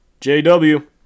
jw